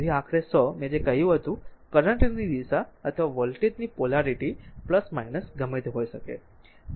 તેથી આખરે 100 મેં જે કહ્યું તે કરંટ ની દિશા અથવા વોલ્ટેજ ની પોલારીટી ગમે તે હોઈ શકે